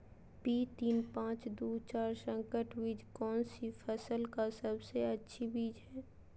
P तीन पांच दू चार संकर बीज कौन सी फसल का सबसे अच्छी बीज है?